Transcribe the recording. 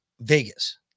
Vegas